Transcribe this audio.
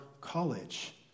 college